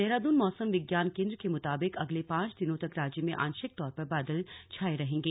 देहरादून मौसम विज्ञान केंद्र के मुताबिक अगले पांच दिनों तक राज्य में आंशिक तौर पर बादल छाए रहेंगे